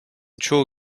çoğu